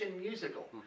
musical